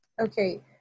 Okay